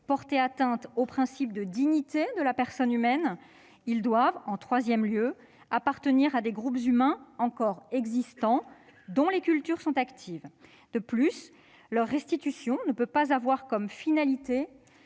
porter atteinte au principe de dignité de la personne. Troisièmement, ces restes doivent appartenir à des groupes humains encore existants, dont les cultures sont actives, et leur restitution ne peut avoir comme finalité